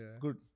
good